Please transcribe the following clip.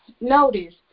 notice